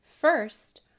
First